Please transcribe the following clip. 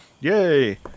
yay